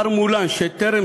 אך החוק מפריד בין זמן